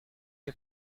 you